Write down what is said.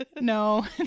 No